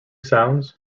sounds